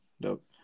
dope